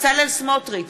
בצלאל סמוטריץ,